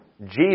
Jesus